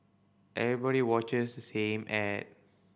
everybody watches the same ad